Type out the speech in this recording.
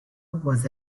was